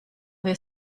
wir